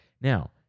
Now